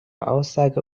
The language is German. aussage